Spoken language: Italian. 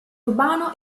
urbano